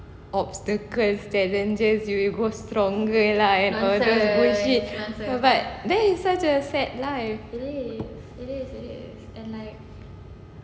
obstacles challenges you will go stronger lah and all those bullshits I was like that is such a sad life